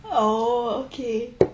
oh okay